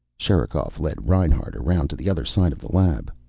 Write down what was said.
sherikov led reinhart around to the other side of the lab.